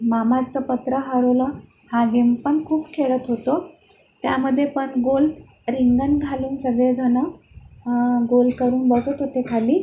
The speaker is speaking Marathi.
मामाचं पत्र हरवलं हा गेम पण खूप खेळत होतो त्यामध्ये पण गोल रिंगण घालून सगळेजणं गोल करून बसत होते खाली